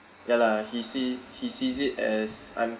ya lah he see he sees it as I'm